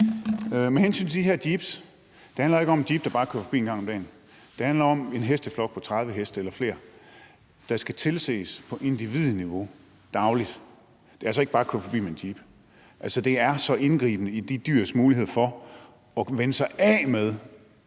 Med hensyn til de her jeeps handler det jo ikke om en jeep, der bare kører forbi en gang om dagen. Det handler om en hesteflok på 30 heste eller flere, der dagligt skal tilses på individniveau, og det er altså ikke bare at køre forbi med en jeep. Altså, det er så indgribende i forhold til de dyrs mulighed for at vænne sig af med